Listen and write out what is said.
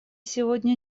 сегодня